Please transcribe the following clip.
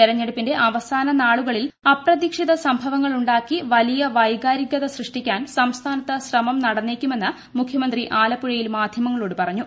തെരഞ്ഞെടുപ്പിന്റെ അവസാന നാളുകളിൽ അപ്രതീക്ഷിത സംഭവങ്ങളുണ്ടാക്കി വലിയ വൈക്ടാരികത സൃഷ്ടിക്കാൻ സംസ്ഥാനത്ത് ശ്രമം നടന്നേക്കുമെന്ന് മുഖ്യമന്ത്രി ആലപ്പുഴയിൽ മാധ്യമങ്ങളോട് പറഞ്ഞു